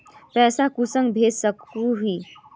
पैसा कुंसम भेज सकोही?